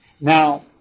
Now